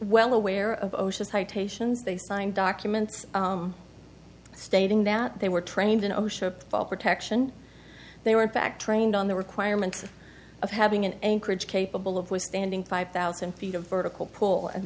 well aware of osha citations they signed documents stating that they were trained in osha fall protection they were in fact trained on the requirements of having an anchorage capable of withstanding five thousand feet of vertical pull and